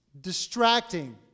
distracting